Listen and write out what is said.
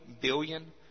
billion